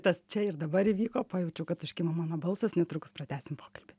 tas čia ir dabar įvyko pajaučiau kad užkimo mano balsas netrukus pratęsim pokalbį